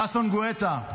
ששון גואטה,